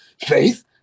faith